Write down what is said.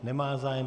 Nemá zájem.